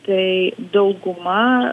tai dauguma